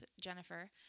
Jennifer